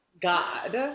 god